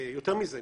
יותר מזה,